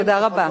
תודה רבה.